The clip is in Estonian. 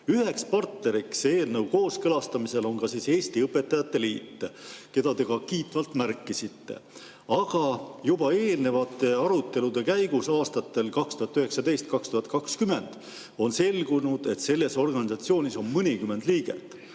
üheks partneriks eelnõu kooskõlastamisel oli ka Eesti Õpetajate Liit, keda te kiitvalt ära märkisite. Aga juba eelnevate arutelude käigus aastatel 2019–2020 selgus, et selles organisatsioonis on mõnikümmend liiget.